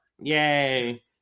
Yay